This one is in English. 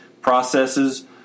processes